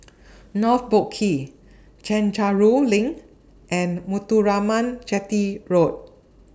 North Boat Quay Chencharu LINK and Muthuraman Chetty Road